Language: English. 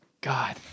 God